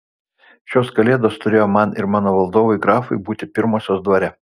šios kalėdos turėjo man ir mano valdovui grafui būti pirmosios dvare